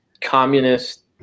communist